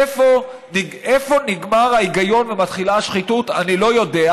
איפה נגמר ההיגיון ומתחילה השחיתות אני לא יודע,